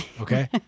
okay